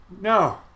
No